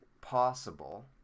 possible